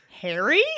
Harry